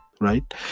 right